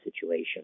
situation